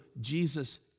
Jesus